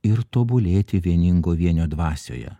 ir tobulėti vieningo vienio dvasioje